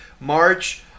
March